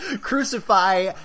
Crucify